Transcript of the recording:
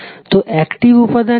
তো অ্যাকটিভ উপাদান কি